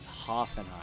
Hoffenheim